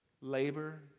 Labor